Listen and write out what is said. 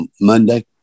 Monday